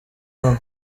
hano